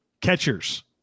catchers